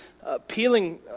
appealing